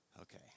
Okay